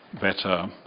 better